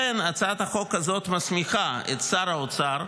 הצעת החוק הזאת מסמיכה את שר האוצר,